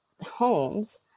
homes